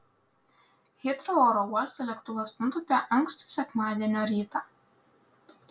hitrou oro uoste lėktuvas nutūpė ankstų sekmadienio rytą